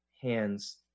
hands